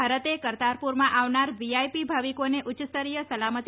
ભારતે કરતારપુરમાં આવનાર વીઆઈપી ભાવિકોને ઉચ્યસ્તરીય સલામતી